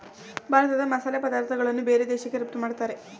ಭಾರತ ಮಸಾಲೆ ಪದಾರ್ಥಗಳನ್ನು ಬೇರೆ ದೇಶಕ್ಕೆ ರಫ್ತು ಮಾಡತ್ತರೆ